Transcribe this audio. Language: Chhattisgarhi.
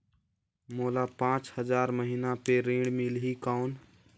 मोला पांच हजार महीना पे ऋण मिलही कौन?